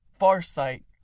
Farsight